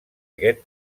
aquest